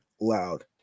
loud